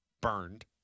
burned